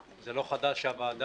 לא חדש שהוועדה